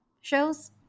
shows